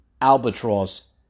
albatross